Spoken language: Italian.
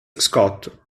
scott